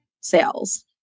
sales